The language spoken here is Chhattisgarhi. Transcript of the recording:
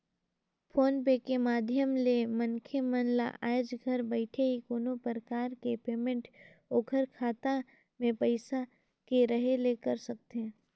फोन पे के माधियम ले मनखे मन हर आयज घर बइठे ही कोनो परकार के पेमेंट ओखर खाता मे पइसा के रहें ले कर सकथे